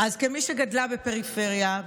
אז כמי שגדלה בפריפריה,